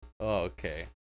Okay